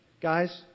Guys